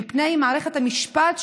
מפני מערכת המשפט,